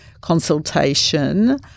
consultation